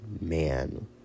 man